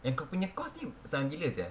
yang kau punya course ni sampai bila sia